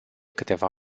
câteva